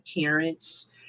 parents